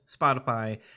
Spotify